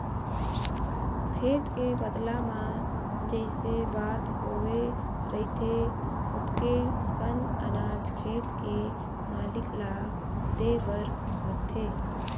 खेत के बदला म जइसे बात होवे रहिथे ओतके कन अनाज खेत के मालिक ल देबर परथे